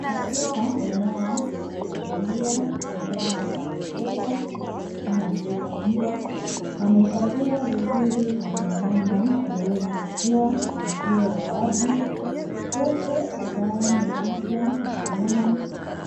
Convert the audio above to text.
Katika eneo la kufugia wanyama wa kufugwa kama vile mbwa, wamehifadhiwa vizuri kwenye mabanda yaliyozungushiwa uzio wa wavu. Huku wataalamu ya afya ya wanyama